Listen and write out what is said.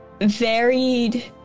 varied